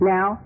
Now